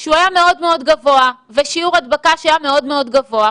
שהוא היה מאוד מאוד גבוה ושיעור הדבקה שהיה מאוד מאוד גבוה.